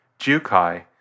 Jukai